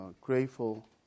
grateful